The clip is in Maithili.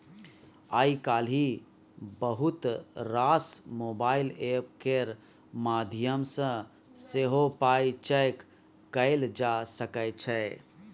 आइ काल्हि बहुत रास मोबाइल एप्प केर माध्यमसँ सेहो पाइ चैक कएल जा सकै छै